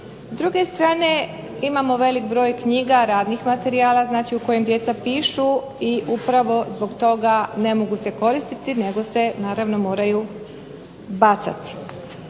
S druge strane imamo velik broj knjiga, radnih materijala znači u kojim djeca pišu i upravo zbog toga ne mogu se koristiti nego se naravno moraju bacati.